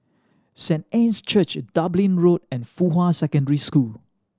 Saint Anne's Church Dublin Road and Fuhua Secondary School